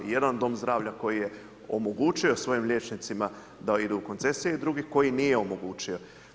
Jedan dom zdravlja koji je omogućio svojim liječnicima da idu u koncesije i drugih koje nije omogućio.